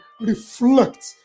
reflect